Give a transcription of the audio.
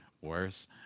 worse